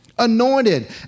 anointed